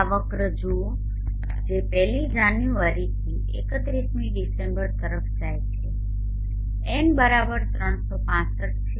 આ વક્ર જુઓ જે 1લી જાન્યુઆરીથી 31મી ડિસેમ્બર તરફ જાય છે N365 છે